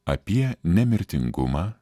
apie nemirtingumą